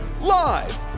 Live